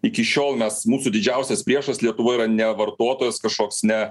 iki šiol mes mūsų didžiausias priešas lietuvoj yra ne vartotojas kažkoks ne